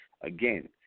again